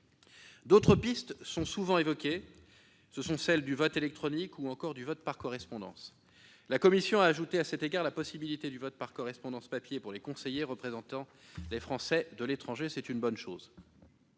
D'autres pistes, souvent évoquées, sont celles du vote électronique ou encore du vote par correspondance. La commission a ajouté à cet égard la possibilité du vote par correspondance sur support papier pour les conseillers représentant les Français de l'étranger. C'est une bonne chose.